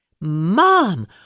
Mom